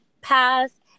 path